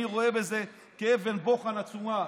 אני רואה בזה אבן בוחן עצומה,